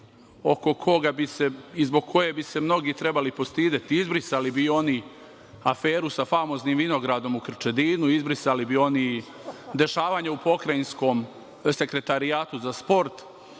zbog koje bi se mnogi trebali postideti. Izbrisali bi oni i aferu sa famoznim vinogradom i Krčedinu. Izbrisali bi oni i dešavanja u Pokrajinskom sekretarijatu za sport.